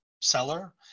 seller